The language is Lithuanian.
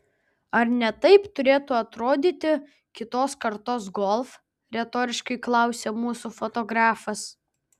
ar ne taip turėtų atrodyti kitos kartos golf retoriškai klausė mūsų fotografas